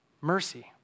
Mercy